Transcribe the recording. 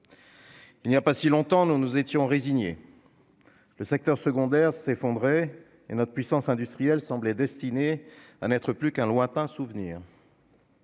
Il n'y a pas si longtemps, nous nous étions résignés. Le secteur secondaire s'effondrait et notre puissance industrielle semblait destinée à n'être plus qu'un lointain souvenir.